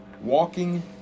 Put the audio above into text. Walking